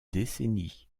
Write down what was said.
décennies